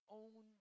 own